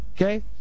okay